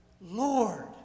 Lord